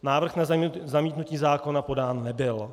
Návrh na zamítnutí zákona podán nebyl.